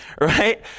right